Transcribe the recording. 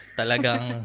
talagang